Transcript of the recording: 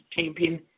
Champion